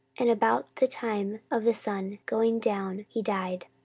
and about the time of the sun going down he died.